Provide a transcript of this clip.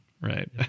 Right